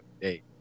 date